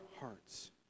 hearts